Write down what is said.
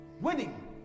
Winning